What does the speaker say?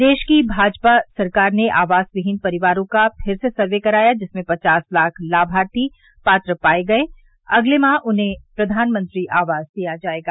प्रदेश की भाजपा सरकार ने आवासविहीन परिवारों का फिर से सर्वे कराया जिसमें पचास लाख लामार्थी पात्र पाये गये उन्हें अगले माह से प्रधानमंत्री आवास दिया जायेगा